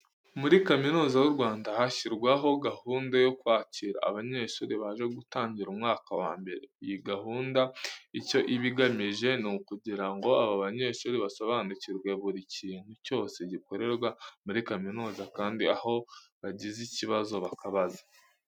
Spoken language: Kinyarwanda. Muri Kaminuza y'u Rwanda hashyirwaho gahunda yo kwakira abanyeshuri baje gutangira umwaka wa mbere. Iyi gahunda icyo iba igamije, ni ukugira ngo aba banyeshuri basobanukirwe buri kintu cyose gikorerwa muri kaminuza, kandi aho bagize ikibazo bakabaza.